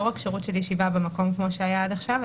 לא רק שירות של ישיבה במקום כמו שהיה עד עכשיו,